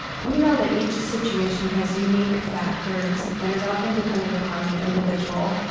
we know that each situation has unique factors and is often dependent upon the individual,